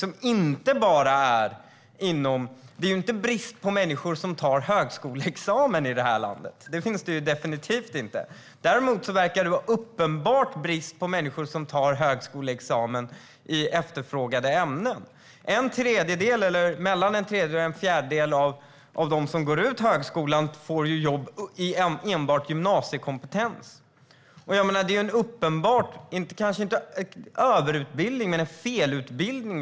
I det här landet är det definitivt inte brist på människor som tar högskoleexamen. Det verkar däremot vara en uppenbar brist på människor som tar högskoleexamen i efterfrågade ämnen. Mellan en tredjedel och en fjärdedel av dem som går ut högskolan får jobb för vilka kravet enbart är gymnasiekompetens. Det är kanske inte en överutbildning vi har, men det är en uppenbar felutbildning.